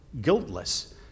guiltless